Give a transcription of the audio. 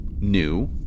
new